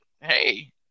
hey